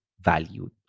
valued